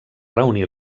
reunir